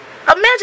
Imagine